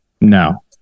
No